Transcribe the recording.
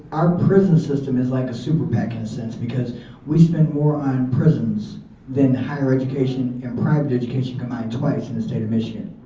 our prison system is like a super pac in a sense because we spend more on prisons than higher education and private education combined twice in the state of michigan.